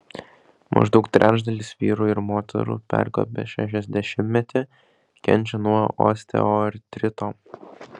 maždaug trečdalis vyrų ir moterų perkopę šešiasdešimtmetį kenčia nuo osteoartrito